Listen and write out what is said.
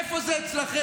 איפה זה אצלכם?